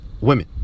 women